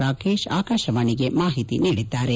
ರಾಕೇಶ್ ಆಕಾಶವಾಣಿಗೆ ಮಾಹಿತಿ ನೀಡಿದ್ದಾರೆ